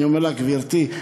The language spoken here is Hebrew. אני אומר לה: גברתי,